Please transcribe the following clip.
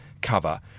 cover